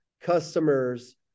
customers